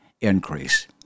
increase